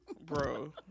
Bro